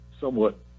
somewhat